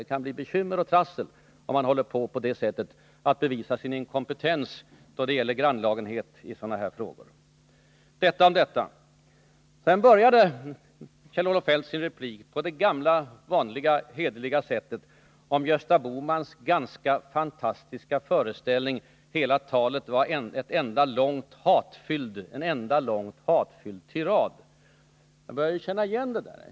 Det kan uppstå bekymmer och trassel för honom om han fortsätter att uppvisa sin ”inkompetens” i dessa frågor, som kräver ett grannlaga uppträdande. Detta om detta. Kjell-Olof Feldt började sin replik på det gamla vanliga, ”hederliga” sättet med att tala om Gösta Bohmans ganska fantastiska föreställning. Hela talet var en enda lång hatfylld tirad mot socialdemokratin, sade han. Jag börjar känna igen det där.